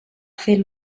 fer